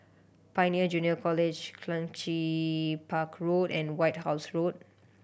Pioneer Junior College Clunchi Park Road and White House Road